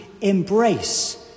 embrace